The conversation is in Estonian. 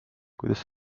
kuidas